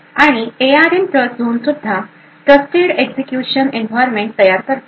आणि ARM TrustZone सुद्धा trusted execution environment तयार करते